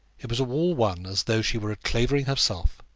it was all one as though she were a clavering herself.